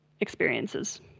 experiences